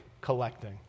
collecting